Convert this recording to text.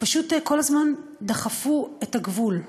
פשוט כל הזמן דחפו את הגבול.